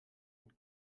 und